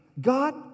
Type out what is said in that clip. God